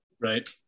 Right